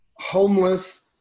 homeless